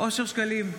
אושר שקלים,